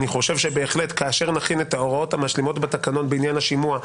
אני חושב בהחלט כאשר נכין את ההוראות המשלימות בתקנון בעניין השימוע,